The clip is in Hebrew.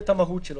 היועץ המשפטי שלכם,